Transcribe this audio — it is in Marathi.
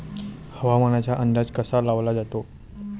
हवामानाचा अंदाज कसा लावला जाते?